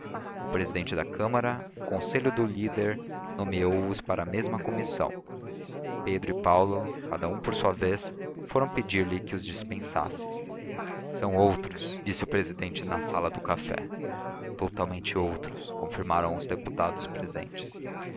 o presidente da câmara a conselho do leader nomeou os para a mesma comissão pedro e paulo cada um por sua vez foram pedir-lhe que os dispensasse são outros disse o presidente na sala do café totalmente outros confirmaram os deputados presentes